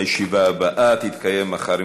הישיבה הבאה תתקיים מחר,